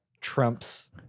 Trump's